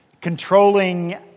controlling